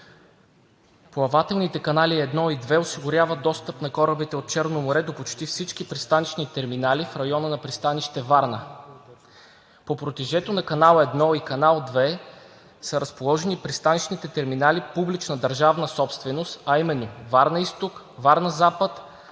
плавателните канали едно и две осигуряват достъп на корабите от Черно море до почти всички пристанищни терминали в района на пристанище „Варна“. По протежето на канал едно и канал две са разположени пристанищните терминали, публична държавна собственост, а именно „Варна – изток“, „Варна – запад“,